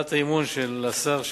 להצעת האי-אמון של השר שטרית,